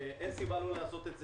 ואין סיבה לא לעשות את זה.